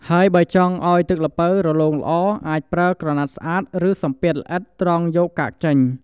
ហើយបើចង់ឲ្យទឹកល្ពៅរលោងល្អ អាចប្រើក្រណាត់ស្អាត ឬសំពាធល្អិតត្រងយកកាកចេញ។